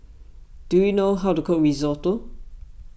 do you know how to cook Risotto